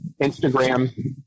Instagram